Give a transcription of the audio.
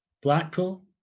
Blackpool